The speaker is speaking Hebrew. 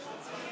להלן תוצאות